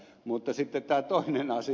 mutta sitten tämä toinen asia